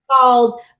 called